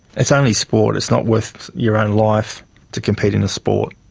it's only sport. it's not worth your own life to compete in a sport.